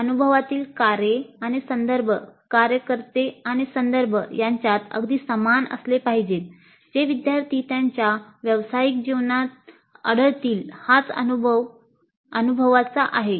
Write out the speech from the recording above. अनुभवातील कार्ये आणि संदर्भ कार्यकर्ते आणि संदर्भ यांच्यात अगदी समान असले पाहिजेत जे विद्यार्थी त्यांच्या व्यावसायिक जीवनात आढळतील हाच अनुभव अनुभवाचा आहे